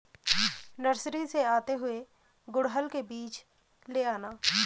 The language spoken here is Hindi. नर्सरी से आते हुए गुड़हल के बीज ले आना